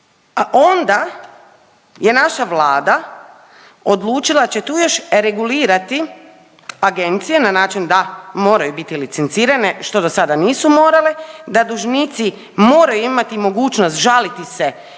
A onda je naša Vlada odlučila da će tu još regulirati agencije na način da moraju biti licencirane, što dosada nisu morale, da dužnici moraju imati mogućnost žaliti se određenom